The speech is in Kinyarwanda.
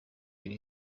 iri